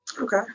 Okay